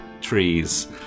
trees